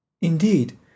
Indeed